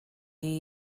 you